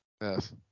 Yes